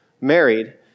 married